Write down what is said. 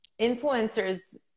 influencers